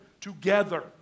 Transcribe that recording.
together